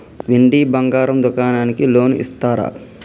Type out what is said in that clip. వెండి బంగారం దుకాణానికి లోన్ ఇస్తారా?